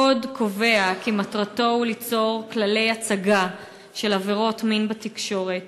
הקוד קובע כי מטרתו היא ליצור כללי הצגה של עבירות מין בתקשורת.